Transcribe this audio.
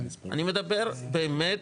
אני מדבר באמת.